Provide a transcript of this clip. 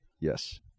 Yes